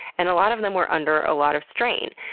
and a lot of them were under a lot of strain.